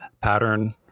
pattern